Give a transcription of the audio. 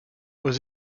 aux